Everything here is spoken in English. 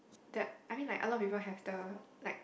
that I mean like a lot of people have the like